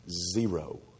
zero